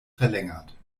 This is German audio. verlängert